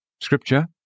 Scripture